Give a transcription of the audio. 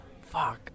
fuck